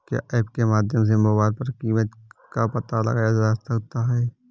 क्या ऐप के माध्यम से मोबाइल पर कीमत का पता लगाया जा सकता है?